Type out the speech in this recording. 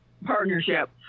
Partnership